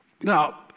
Now